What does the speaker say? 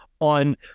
on